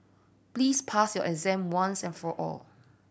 please pass your exam once and for all